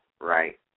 right